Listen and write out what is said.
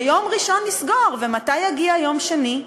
ביום ראשון נסגור, אבל מתי יגיע יום שני?